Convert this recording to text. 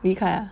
离开 ah